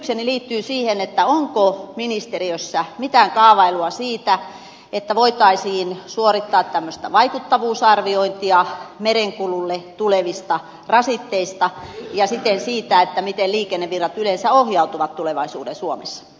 kysymykseni liittyy siihen onko ministeriössä mitään kaavailua siitä että voitaisiin suorittaa tämmöistä vaikuttavuusarviointia merenkululle tulevista rasitteista ja siten siitä miten liikennevirrat yleensä ohjautuvat tulevaisuuden suomessa